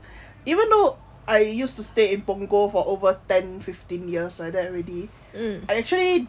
even though I used to stay in punggol for over ten fifteen years like that already I actually